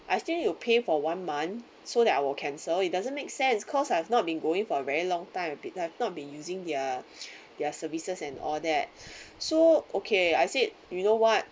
I still need to pay for one month so that I will cancel it doesn't make sense cause I have not been going for a very long time been I have not been using their their services and all that so okay I said you know what